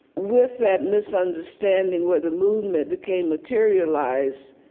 with that misunderstanding where the movement became materialized,